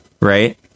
right